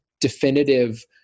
Definitive